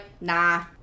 nah